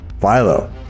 Philo